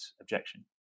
objection